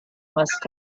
must